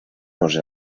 vos